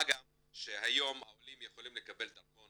מה גם שהיום העולים יכולים לקבל דרכון